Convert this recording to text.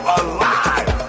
alive